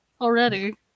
already